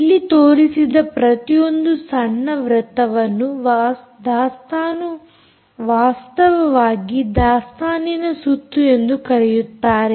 ಇಲ್ಲಿ ತೋರಿಸಿದ ಪ್ರತಿಯೊಂದು ಸಣ್ಣ ವೃತ್ತವನ್ನು ವಾಸ್ತವವಾಗಿ ದಾಸ್ತಾನಿನ ಸುತ್ತು ಎಂದು ಕರೆಯುತ್ತಾರೆ